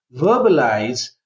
verbalize